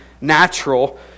natural